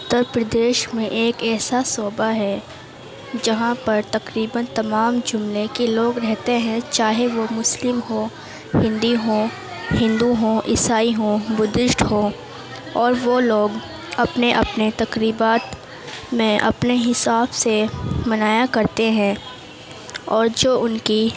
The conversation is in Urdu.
اتر پردیش میں ایک ایسا صوبہ ہے جہاں پر تقریباً تمام زمرے کے لوگ رہتے ہیں چاہے وہ مسلم ہوں ہندی ہوں ہندو ہوں عیسائی ہوں بدھسٹ ہوں اور وہ لوگ اپنے اپنے تقریبات میں اپنے حساب سے منایا کرتے ہیں اور جو ان کی